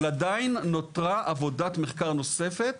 אבל עדיין נותרה עבודת מחקר נוספת,